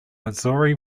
missouri